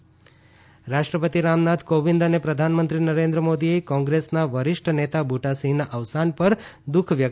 બુટાસિંહ અવસાન રાષ્ટ્રપતિ રામનાથ કોવિંદ અને પ્રધાનમંત્રી નરેન્દ્ર મોદીએ કોંગ્રેસના વરિષ્ઠ નેતા બુટાસી હના અવસાન પર દુખ વ્યકત કર્યુ છે